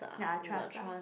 ya trust lah